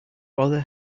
bother